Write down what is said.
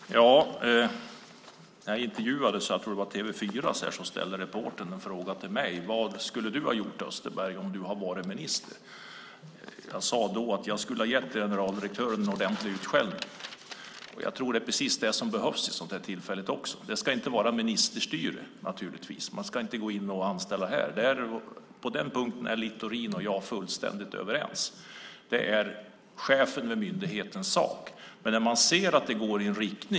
Fru talman! När jag intervjuades av TV 4 frågade reportern mig vad jag skulle ha gjort om jag hade varit minister. Jag sade då att jag skulle ha gett generaldirektören en ordentlig utskällning. Det är precis vad som behövs vid ett sådant tillfälle. Det ska naturligtvis inte vara ministerstyre i fråga om de anställningarna. På den punkten är Littorin och jag fullständigt överens. Det är myndighetschefens sak.